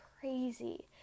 crazy